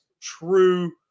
true